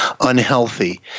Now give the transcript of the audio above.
unhealthy